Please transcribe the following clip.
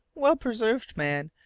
well-preserved man,